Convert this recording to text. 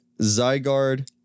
Zygarde